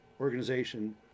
organization